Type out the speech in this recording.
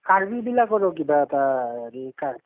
কাৰ্বিবিলাকৰো কিবা এটা হেৰি কা